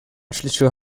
schlittschuhe